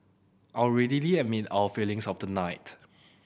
I would readily admit our failings of the night